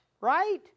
Right